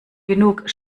genug